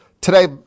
today